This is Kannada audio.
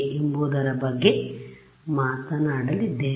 ಎಂಬುವುದರ ಬಗ್ಗೆ ಬಗ್ಗೆ ಮಾತನಾಡಲಿದ್ದೇವೆ